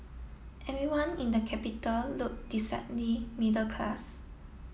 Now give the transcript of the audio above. everyone in the capital look decidedly middle class